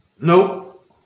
Nope